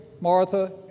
Martha